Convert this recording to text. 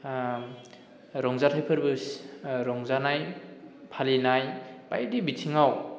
रंजाथाय फोरबो रंजानाय फालिनाय बायदि बिथिङाव